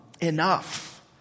enough